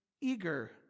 eager